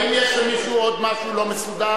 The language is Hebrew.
האם יש למישהו עוד משהו לא מסודר?